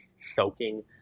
soaking